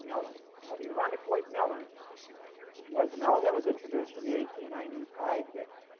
melon. now, the irondequoit melon was a melon that was introduced in the eighteen ninety s by vick,